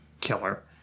killer